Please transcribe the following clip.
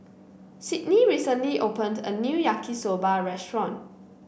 Sydney recently opened a new Yaki Soba restaurant